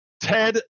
Ted